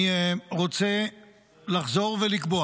אני רוצה לחזור ולקבוע